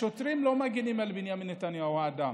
השוטרים לא מגינים על בנימין נתניהו האדם,